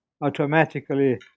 automatically